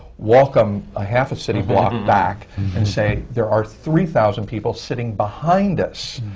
walk him a half a city block back and say, there are three thousand people sitting behind us.